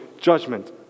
judgment